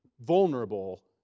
vulnerable